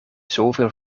zoveel